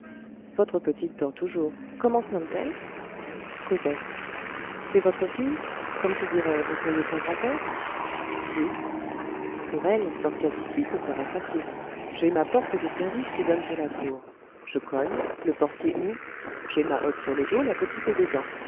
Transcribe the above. votre petite dort toujours comment se nomme t elle cosette c'est votre fille comme qui dirait vous seriez son grand-père oui pour elle sortir d'ici ce sera facile j'ai ma porte de service qui donne sur la cour je cogne le portier ouvre j'ai ma hotte sur le dos la petite est dedans